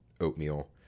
oatmeal